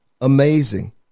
amazing